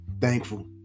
thankful